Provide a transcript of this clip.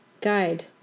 guide